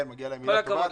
כלומר,